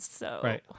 Right